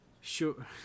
Sure